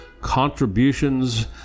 contributions